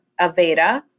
Aveda